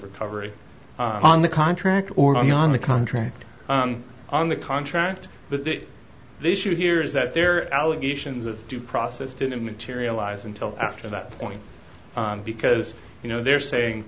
recovery on the contract or on the on the contract on the contract but that the issue here is that their allegations of due process didn't materialize until after that point because you know they're saying